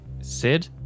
Sid